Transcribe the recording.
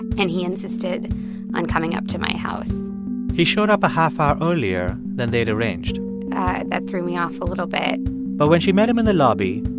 and he insisted on coming up to my house he showed up a half hour earlier than they had arranged that threw me off a little bit but when she met him in the lobby,